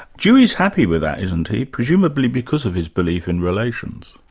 dewey's happy with that, isn't he? presumably because of his belief in relations.